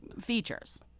features